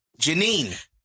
Janine